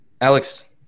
Alex